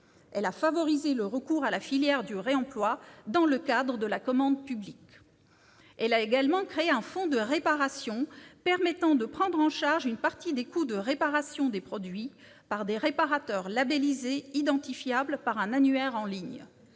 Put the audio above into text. Elle a favorisé le recours à la filière du réemploi dans le cadre de la commande publique. La commission a également créé un fonds de réparation permettant de prendre en charge une partie des coûts de réparation des produits par des réparateurs labellisés, identifiables par un annuaire en ligne.